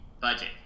budget